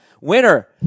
Winner